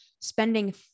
spending